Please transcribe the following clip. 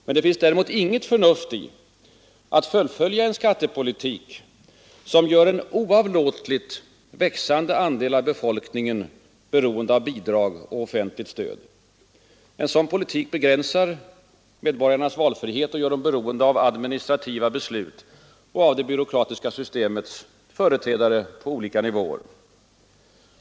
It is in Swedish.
Men det finns inget förnuft i att fullfölja en skattepolitik, som gör en oavlåtligt växande andel av befolkningen beroende av bidrag och offentligt stöd. En sådan politik begränsar medborgarnas valfrihet, gör dem beroende av administrativa beslut och av det byråkratiska systemets företrädare på skilda nivåer.